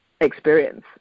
experience